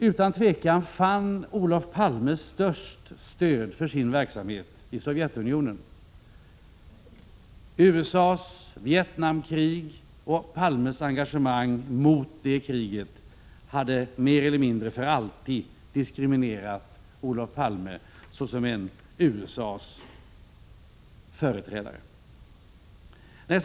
Utan tvivel fann Olof Palme störst stöd för sin verksamhet från Sovjetunionen. Olof Palmes engagemang mot USA:s Vietnamkrig hade diskvalificerat honom så att han aldrig skulle ha kunnat företräda USA.